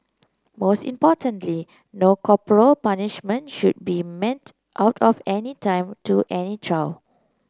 most importantly no corporal punishment should be meted out at any time to any child